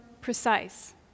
precise